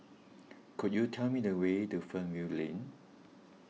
could you tell me the way to Fernvale Lane